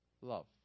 love